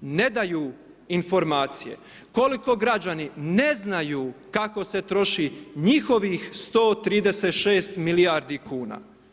ne daju informacije, koliko građani ne znaju kako se troši njihovih 136 milijardi kuna.